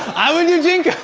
i would do